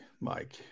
Mike